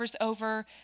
over